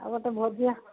ଆଉ ଗୋଟେ ଭୋଜି ଆ